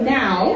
now